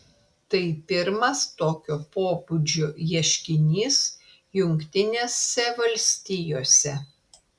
tai pirmas tokio pobūdžio ieškinys jungtinėse valstijose